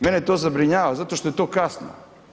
Mene to zabrinjava zato što je to kasno.